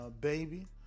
baby